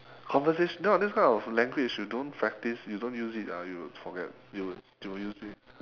conversation ya this kind of language you don't practice you don't use it ah you'll forget you would you will use it